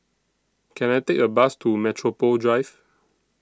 Can I Take A Bus to Metropole Drive